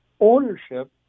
ownership